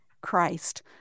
Christ